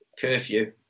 curfew